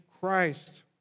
Christ